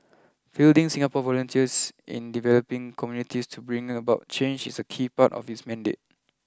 fielding Singapore volunteers in developing communities to bring about change is a key part of its mandate